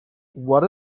what